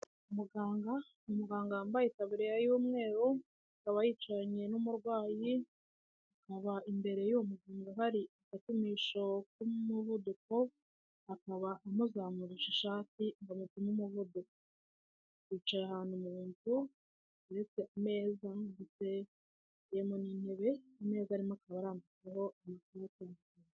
Umuganga wambaye itaburiya y'umweru, akaba yicaranye n'umurwayi imbere y'uwo murwayi hari agapimisho k'umuvuduko akaba amuzamurasha ishati ngo abone ku mupima n'umuvuduko. yicara ahantu umuntu uretse ameza muntebe ame arimo akaba arambukaho amakoboko.